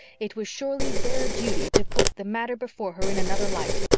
it was surely their duty to put the matter before her in another light.